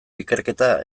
ikerketa